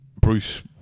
Bruce